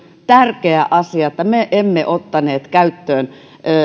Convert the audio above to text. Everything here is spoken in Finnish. tärkeä asia että me emme ottaneet käyttöön